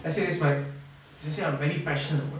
let's say that's my let's say I'm very passionate